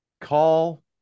call